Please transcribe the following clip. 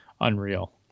unreal